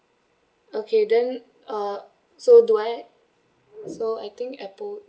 okay then uh so do I so I think apple